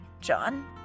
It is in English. John